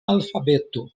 alfabeto